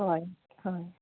हय हय